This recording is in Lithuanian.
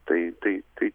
tai tai tai